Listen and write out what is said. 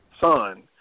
son